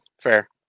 Fair